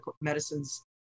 Medicines